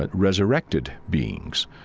but resurrected beings.